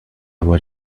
were